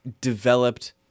developed